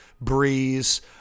Breeze